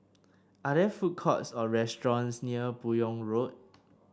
are there food courts or restaurants near Buyong Road